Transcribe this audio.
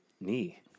knee